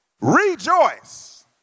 Rejoice